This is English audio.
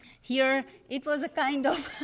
here, it was a kind of.